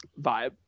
vibe